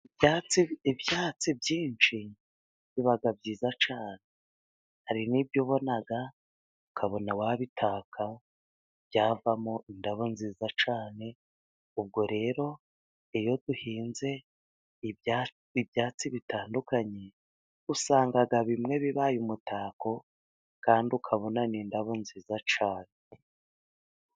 Ibyatsi, ibyatsi byinshi biba byiza cyane, hari n'ibyo ubona ukabona wabitaka byavamo indabo nziza cyane, ubwo rero iyo duhinze ibyatsi bitandukanye, usanga bimwe bibaye umutako, kandi ukabona ni indabo nziza cyane.